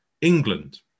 England